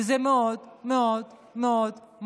וזה מאוד מאוד מפחיד,